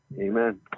Amen